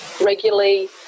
regularly